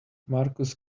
marcus